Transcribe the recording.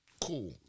cool